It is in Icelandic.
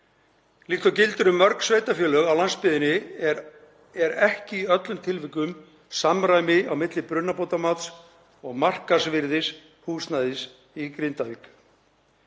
Líkt og gildir um mörg sveitarfélög á landsbyggðinni er ekki í öllum tilvikum samræmi milli brunabótamats og markaðsvirðis húsnæðis í Grindavík.